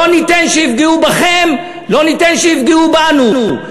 לא ניתן שיפגעו בכם, לא ניתן שיפגעו בנו.